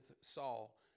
Saul